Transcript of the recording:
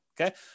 Okay